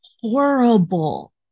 horrible